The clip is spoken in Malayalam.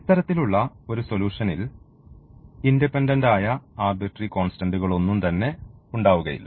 ഇത്തരത്തിലുള്ള ഒരു സൊലൂഷൻൽ ഇൻഡിപെൻഡൻറ്ആയ ആർബിട്രറി കോൺസ്റ്റന്റുകളൊന്നും തന്നെ ഉണ്ടാവുകയില്ല